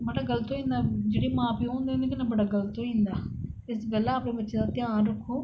बड़ गल्त होई जंदा जेहडे़ मां प्यो होंदे उंदे कन्नै बड़ा गल्त होई जंदा इस गल्ला अपने बच्चे दा घ्यान रक्खो